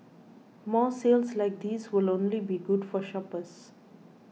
more sales like these will only be good for shoppers